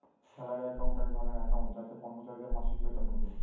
salary account এক ধরনের account যাতে কর্মচারীদের মাসিক বেতন ঢোকে